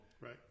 right